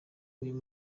uyu